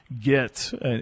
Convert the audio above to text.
get